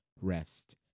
rest